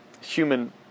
human